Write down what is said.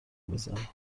بزنه